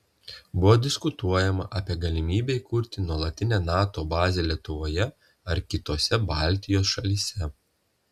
buvo diskutuojama apie galimybę įkurti nuolatinę nato bazę lietuvoje ar kitose baltijos šalyse